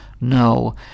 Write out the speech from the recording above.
No